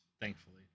Thankfully